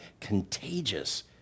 contagious